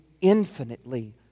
infinitely